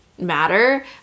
matter